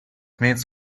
means